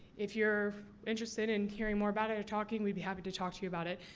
if you're interested in hearing more about it or talking, we'd be happy to talk to you about it.